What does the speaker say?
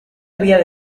había